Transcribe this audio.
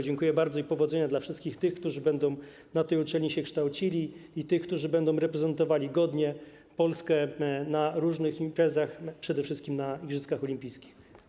Dziękuję bardzo i powodzenia dla wszystkich tych, którzy będą na tej uczelni się kształcili, i tych, którzy będą reprezentowali godnie Polskę na różnych imprezach, przede wszystkim na igrzyskach olimpijskich.